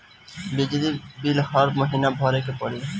बिजली बिल हर महीना भरे के पड़ी?